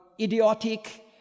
idiotic